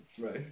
Right